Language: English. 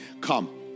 come